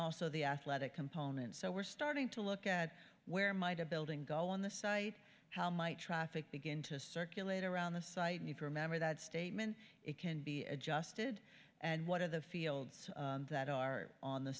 also the athletic component so we're starting to look at where might a building go on the site how might traffic begin to circulate around the site need to remember that statement it can be adjusted and what are the fields that are on the